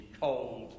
cold